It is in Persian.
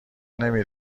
نمی